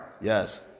Yes